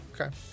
Okay